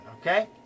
okay